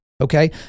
Okay